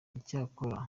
icyakora